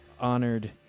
honored